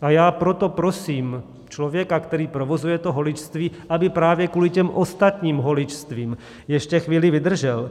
A já proto prosím člověka, který provozuje to holičství, aby právě kvůli těm ostatním holičstvím ještě chvíli vydržel.